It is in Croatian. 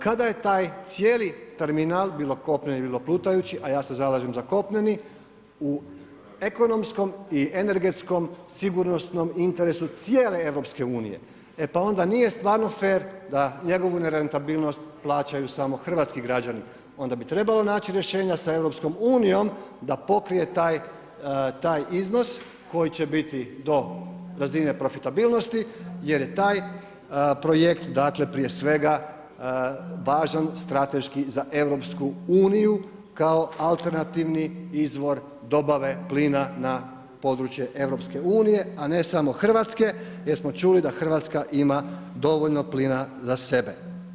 Kada je taj cijeli terminal bilo kopneni bilo plutajući, a ja se zalažem za kopneni, u ekonomskom i energetskom sigurnosnom interesu cijele EU, e pa onda nije stvarno fer da njegovu nerentabilnost plaćaju samo hrvatski građani, onda bi trebalo naći rješenja za EU-om da pokrije taj iznos koji će biti do razine profitabilnosti jer je taj projekt prije svega važan strateški za EU kao alternativni izvor dobave plina na područje EU-a a ne samo Hrvatske jer smo čuli da Hrvatska ima dovoljno plina za sebe.